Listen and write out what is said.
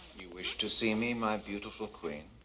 you wish to see me, my beautiful queen?